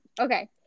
Okay